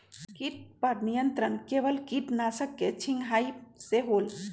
किट पर नियंत्रण केवल किटनाशक के छिंगहाई से होल?